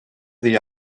the